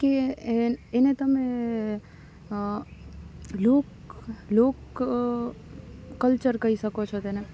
કે એને તમે લુક લુક કલ્ચર કહી શકો છો તેને